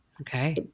Okay